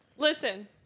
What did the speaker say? Listen